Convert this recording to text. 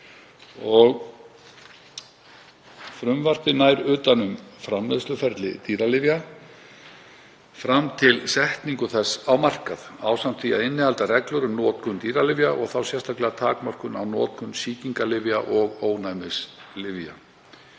Frumvarpið nær utan um framleiðsluferli dýralyfja fram til setningar þeirra á markað ásamt því að innihalda reglur um notkun dýralyfja og þá sérstaklega takmörkun á notkun sýkingalyfja og ónæmislyfja.